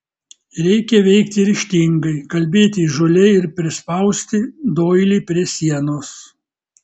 reikia veikti ryžtingai kalbėti įžūliai ir prispausti doilį prie sienos